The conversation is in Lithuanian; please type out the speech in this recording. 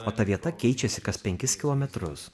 o ta vieta keičiasi kas penkis kilometrus